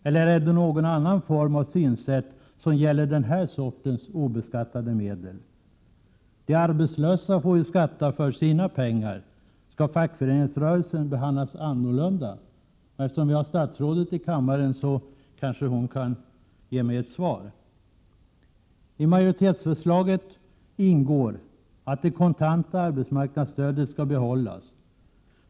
Eller gäller något annat synsätt den här sortens obeskattade medel? De arbetslösa får ju skatta för sina pengar. Skall fackföreningsrörelsen behandlas annorlunda? Eftersom statsrådet är i kammaren kanske hon kan ge mig ett svar. I majoritetsförslaget ingår att det kontanta arbetsmarknadsstödet skall behållas.